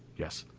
yes.